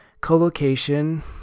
co-location